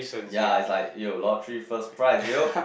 ya it's like yo lottery first prize yo